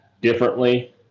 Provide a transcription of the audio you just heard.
differently